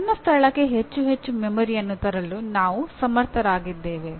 ಸಣ್ಣ ಸ್ಥಳಕ್ಕೆ ಹೆಚ್ಚು ಹೆಚ್ಚು ಮೆಮೊರಿಯನ್ನು ತರಲು ನಾವು ಸಮರ್ಥರಾಗಿದ್ದೇವೆ